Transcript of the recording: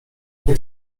nie